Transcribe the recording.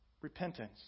repentance